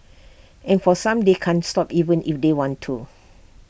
and for some they can't stop even if they want to